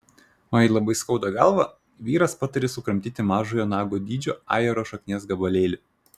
o jei labai skauda galvą vyras patarė sukramtyti mažojo nago dydžio ajero šaknies gabalėlį